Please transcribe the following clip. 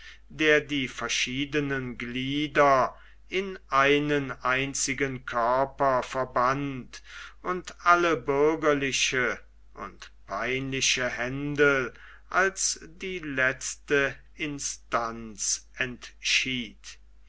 der die verschiedenen glieder in einen einzigen körper verband und alle bürgerlichen und peinlichen händel als die letzte instanz entschied